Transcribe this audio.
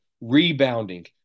rebounding